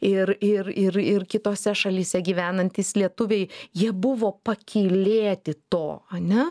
ir ir ir ir kitose šalyse gyvenantys lietuviai jie buvo pakylėti to ar ne